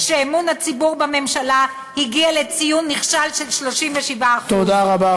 לא פלא שאמון הציבור בממשלה הגיע לציון נכשל של 37%. תודה רבה,